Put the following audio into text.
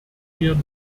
mir